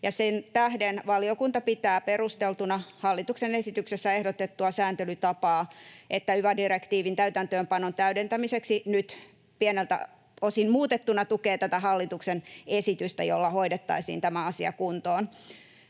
Sen tähden valiokunta pitää perusteltuna hallituksen esityksessä ehdotettua sääntelytapaa yva-direktiivin täytäntöönpanon täydentämiseksi, nyt pieneltä osin muutettuna, ja tukee tätä hallituksen esitystä, jolla hoidettaisiin tämä asia kuntoon.